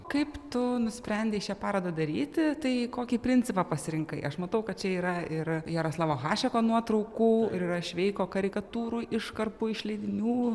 kaip tu nusprendei šią parodą daryti tai kokį principą pasirinkai aš matau kad čia yra ir jaroslavo hašeko nuotraukų ir yra šveiko karikatūrų iškarpų iš leidinių